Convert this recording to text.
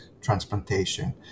transplantation